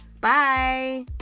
bye